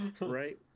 Right